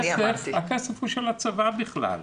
הכסף הוא של הצבא בכלל.